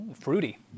Fruity